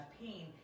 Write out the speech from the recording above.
pain